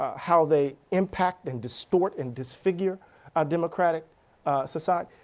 ah how they impact and distort and disfigure our democratic society.